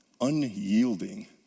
unyielding